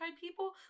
people